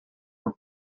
were